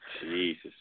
Jesus